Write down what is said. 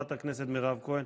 חברת הכנסת מירב כהן,